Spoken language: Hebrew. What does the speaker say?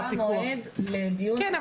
האם ייקבע מועד לדיון --- כן,